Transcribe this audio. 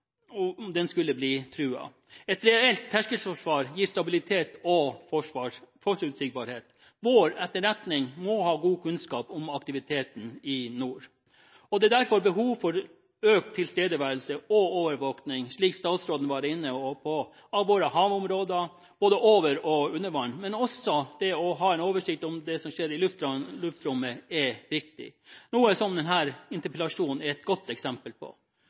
om den skulle bli truet. Et reelt terskelforsvar gir stabilitet og forutsigbarhet. Vår etterretning må ha god kunnskap om aktiviteten i nord. Det er derfor behov for økt tilstedeværelse og overvåkning – slik statsråden var inne på – av våre havområder både over og under vann, men også det å ha en oversikt over det som skjer i luftrommet, er viktig. Denne interpellasjonen er et godt eksempel på